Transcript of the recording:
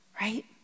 Right